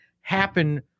happen